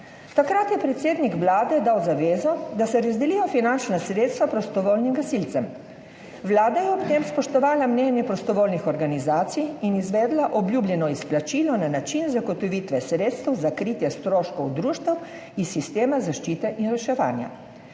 Takrat je predsednik Vlade dal zavezo, da se bodo finančna sredstva razdelila prostovoljnim gasilcem. Vlada je ob tem spoštovala mnenje prostovoljnih organizacij in izvedla obljubljeno izplačilo na način zagotovitve sredstev za kritje stroškov društev iz sistema zaščite in reševanja.